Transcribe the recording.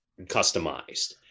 customized